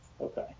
okay